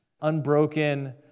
Unbroken